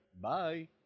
Bye